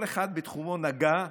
כל אחד בתחומו נגע,